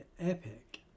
Epic